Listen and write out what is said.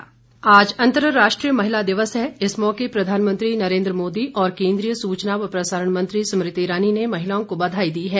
महिला दिवस आज अंतर्राष्ट्रीय महिला दिवस है इस मौके प्रधानमंत्री नरेन्द्र मोदी और केंद्रीय सूचना व प्रसारण मंत्री स्मृति ईरानी ने महिलाओं को बधाई दी है